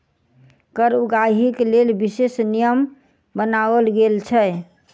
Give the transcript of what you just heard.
कर उगाहीक लेल विशेष नियम बनाओल गेल छै